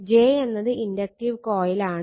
j എന്നത് inductive കൊയിലാണ്